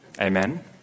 Amen